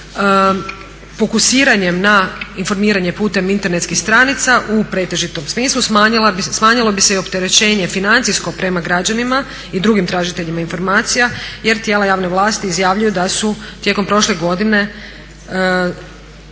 Isto tako fokusiranjem na informiranje putem internetskih stranica u pretežitom smislu smanjilo bi se i financijsko opterećenje prema građanima i drugim tražiteljima informacija jer tijela javne vlasti izjavljuju da su tijekom prošle godine